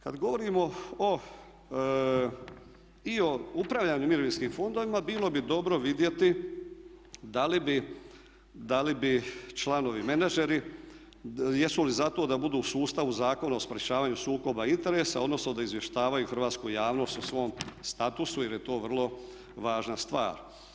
Kada govorimo i o upravljanju mirovinskim fondovima bilo bi dobro vidjeti da li bi članovi menadžeri, jesu li za to da budu u sustavu Zakona o sprječavanju sukoba interesa odnosno da izvještavaju hrvatsku javnost o svom statusu jer je to vrlo važna stvar.